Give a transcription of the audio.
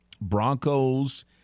Broncos